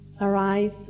arise